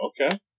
okay